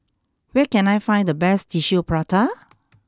where can I find the best Tissue Prata